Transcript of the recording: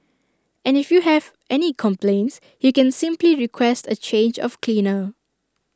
and if you have any complaints you can simply request A change of cleaner